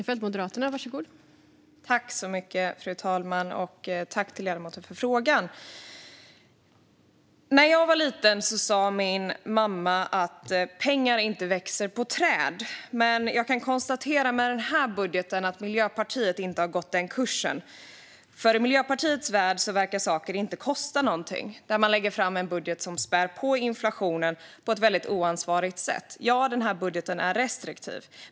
Fru talman! Jag tackar ledamoten för frågan. När jag var liten sa min mamma att pengar inte växer på träd. Men jag kan konstatera att Miljöpartiet med sin budget inte har gått den kursen. I Miljöpartiets värld verkar saker inte kosta någonting, och man lägger fram en budget som spär på inflationen på ett väldigt oansvarigt sätt. Ja, denna budget är restriktiv.